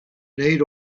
need